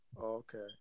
Okay